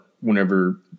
whenever